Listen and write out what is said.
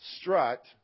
strut